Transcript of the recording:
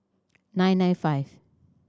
nine nine five